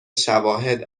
شواهد